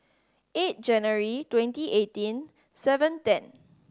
eight January twenty eighteen seven ten